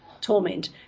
torment